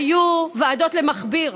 היו ועדות למכביר,